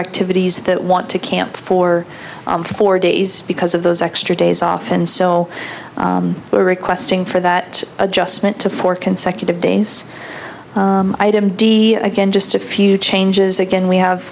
activities that want to camp for four days because of those extra days off and so we are requesting for that adjustment to four consecutive days item d again just a few changes again we have